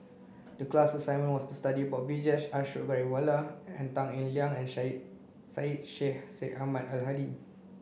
the class assignment was to study about Vijesh Ashok Ghariwala Tan Eng Liang and Syed Sheikh Syed Ahmad Al Hadi